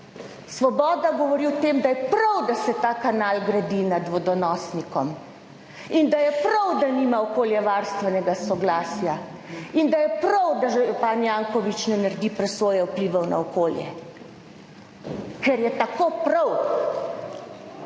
Svoboda govori o tem, da je prav, da se ta kanal gradi nad vodonosnikom in da je prav, da nima okoljevarstvenega soglasja, in da je prav, da župan Janković ne naredi presoje vplivov na okolje, ker je tako prav,